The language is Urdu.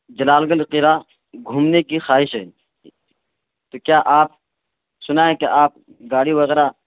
جلال گل قلعہ گھومنے کی خواہش ہے تو کیا آپ سنا ہے کہ آپ گاڑی وغیرہ